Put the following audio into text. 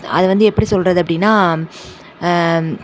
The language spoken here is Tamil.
அது வந்து எப்படி சொல்வது அப்படினா